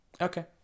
okay